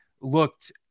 looked